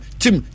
tim